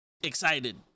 excited